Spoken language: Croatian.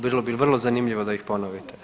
Bilo bi vrlo zanimljivo da ih ponovite.